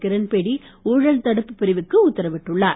கிரண்பேடி ஊழல் தடுப்புப் பிரிவுக்கு உத்தரவிட்டுள்ளார்